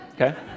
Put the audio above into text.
okay